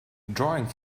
drawing